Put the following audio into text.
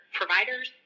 providers